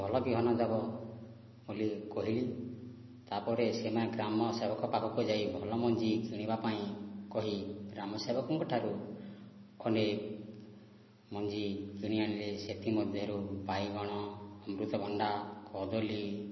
ଭଲ ବିହନ ଦେବ ବୋଲି କହିଲି ତା' ପରେ ସେମାନେ ଗ୍ରାମ ସେବକ ପାଖକୁ ଯାଇ ଭଲ ମଞ୍ଜି କିଣିବା ପାଇଁ କହି ଗ୍ରାମ ସେବକଙ୍କ ଠାରୁ ଅନେକ ମଞ୍ଜି କିଣିଆଣିଲେ ସେଥିମଧ୍ୟରୁ ବାଇଗଣ ଅମୃତଭଣ୍ଡା କଦଳୀ